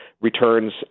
returns